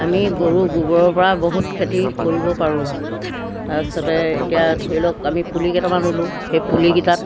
আমি গৰু গোবৰৰপৰা বহুত খেতি কৰিব পাৰোঁ তাৰপিছতে এতিয়া ধৰি লওক আমি পুলিকেইটামান ৰুলোঁ সেই পুলিকেইটাত